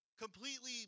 Completely